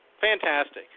fantastic